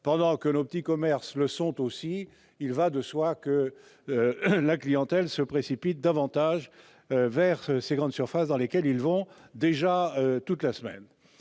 quand nos petits commerces le sont aussi, il va de soi que la clientèle se précipitera davantage vers ces grandes surfaces, dans lesquelles ils vont déjà toute la semaine.